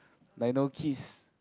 like now kids